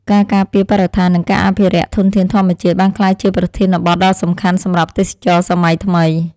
ការការពារបរិស្ថាននិងការអភិរក្សធនធានធម្មជាតិបានក្លាយជាប្រធានបទដ៏សំខាន់សម្រាប់ទេសចរណ៍សម័យថ្មី។